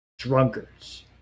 Drunkards